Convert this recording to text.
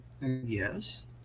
Yes